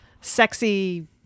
sexy